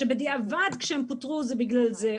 שבדיעבד כשהם פוטרו זה בגלל זה,